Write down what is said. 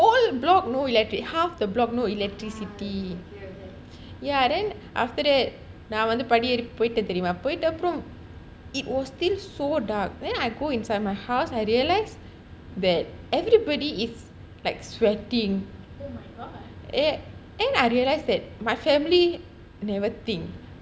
whole block no electric half the block no electricity yathen after that நான் வந்து படி ஏறி போய்ட்டேன் தெரியுமா போய்ட்ட அப்போரம்:naan vanthupadi yeti poitaen theriyuma poita apporam it was still so dark then I go inside my house I realise that everybody is like sweating then I realized that my family never think